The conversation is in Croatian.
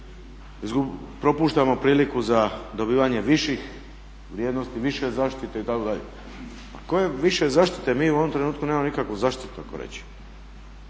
propuštamo priliku za dobivanje viših vrijednosti, više zaštite itd. Pa koje više zaštite? Mi u ovom trenutku nemamo nikakvu zaštitu tako reći.